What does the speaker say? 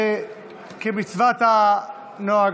כמצוות הנוהג,